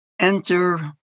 enter